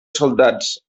soldats